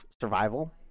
survival